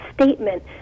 statement